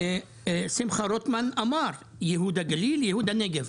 שמחה רוטמן אמר: ייהוד הגליל, ייהוד הנגב.